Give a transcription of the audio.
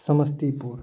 Samastipur